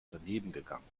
danebengegangen